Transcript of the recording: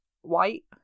white